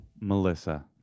Melissa